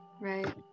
right